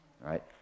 right